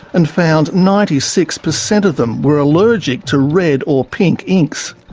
and found ninety six percent of them were allergic to red or pink inks.